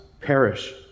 perish